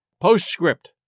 Postscript